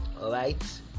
Right